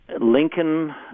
Lincoln